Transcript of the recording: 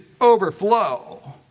overflow